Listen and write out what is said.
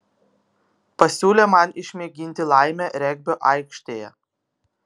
pasiūlė man išmėginti laimę regbio aikštėje